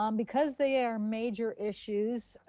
um because they are major issues,